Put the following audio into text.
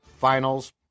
Finals